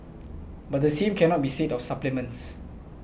but the same cannot be said of supplements